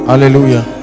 Hallelujah